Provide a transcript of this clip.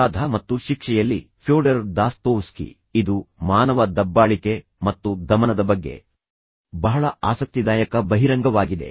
ಅಪರಾಧ ಮತ್ತು ಶಿಕ್ಷೆಯಲ್ಲಿ ಫ್ಯೋಡರ್ ದಾಸ್ತೋವ್ಸ್ಕಿ ಇದು ಮಾನವ ದಬ್ಬಾಳಿಕೆ ಮತ್ತು ದಮನದ ಬಗ್ಗೆ ಬಹಳ ಆಸಕ್ತಿದಾಯಕ ಬಹಿರಂಗವಾಗಿದೆ